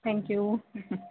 thank you